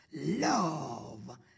Love